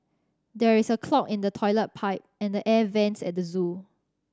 there is a clog in the toilet pipe and the air vents at the zoo